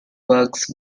bugs